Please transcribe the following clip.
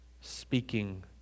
speaking